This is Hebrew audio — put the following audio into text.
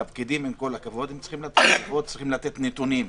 והפקידים, עם כל הכבוד, צריכים לתת נתונים,